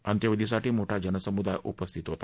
अंत्यविधीसाठी मोठा जनसमुदाय उपस्थित होता